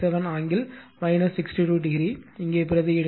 57 angle 62 o இங்கே பிரதியிடு